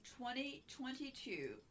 2022